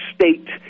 state